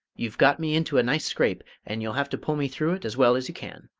you've got me into a nice scrape, and you'll have to pull me through it as well as you can.